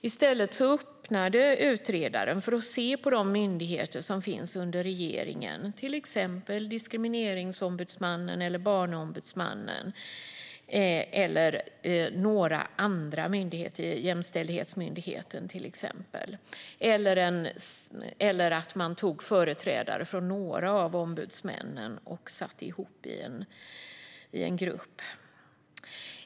I stället öppnade utredaren för att se på de myndigheter som finns under regeringen, till exempel Diskrimineringsombudsmannen, Barnombudsmannen eller någon annan myndighet, som Jämställdhetsmyndigheten. Ett annat förslag var att ta företrädare från några av ombudsmännen och sätta ihop i en grupp.